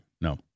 No